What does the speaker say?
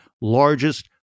largest